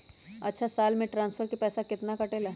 अछा साल मे ट्रांसफर के पैसा केतना कटेला?